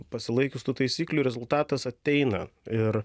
pasilaikius tų taisyklių rezultatas ateina ir